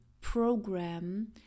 program